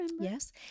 Yes